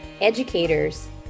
educators